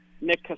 Nick